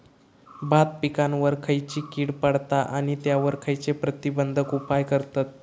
भात पिकांवर खैयची कीड पडता आणि त्यावर खैयचे प्रतिबंधक उपाय करतत?